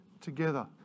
together